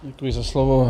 Děkuji za slovo.